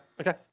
Okay